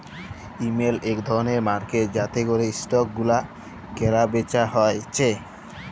ইমল ইক ধরলের মার্কেট যাতে ক্যরে স্টক গুলা ক্যালা বেচা হচ্যে